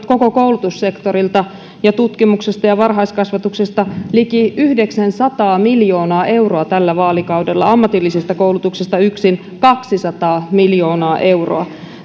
koko koulutussektorilta ja tutkimuksesta ja varhaiskasvatuksesta liki yhdeksänsataa miljoonaa euroa tällä vaalikaudella ammatillisesta koulutuksesta yksin kaksisataa miljoonaa euroa